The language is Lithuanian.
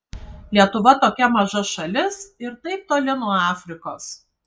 lietuva tokia maža šalis ir taip toli nuo afrikos